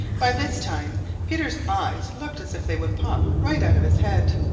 by this time peter's eyes looked as if they would pop right out of his head.